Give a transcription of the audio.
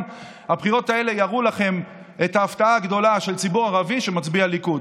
הבחירות האלה יראו לכם את ההפתעה הגדולה של ציבור ערבי שמצביע ליכוד.